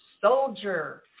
soldier